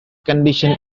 condition